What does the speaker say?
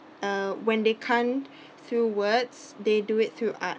uh when they can't through words they do it through art